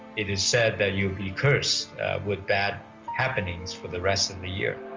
it is said that you'll be cursed with bad happenings for the rest of the year.